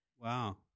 Wow